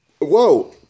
Whoa